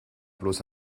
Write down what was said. bloß